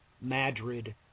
Madrid